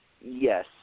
Yes